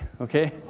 okay